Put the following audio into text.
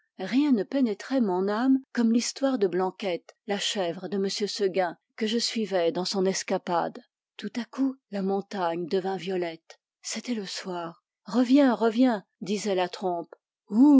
rien ne pénétrait mon âme comme l'histoire de blanquette la chèvre de m seguin que je suivais dans son escapade tout à coup la montagne devint violette c'était le soir reviens reviens disait la trompe hou